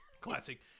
Classic